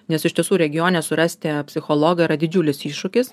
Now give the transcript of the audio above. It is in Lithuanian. nes iš tiesų regione surasti psichologą yra didžiulis iššūkis